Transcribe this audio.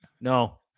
No